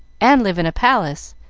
and live in a palace,